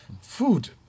Food